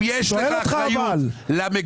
שואל אותך שאלה.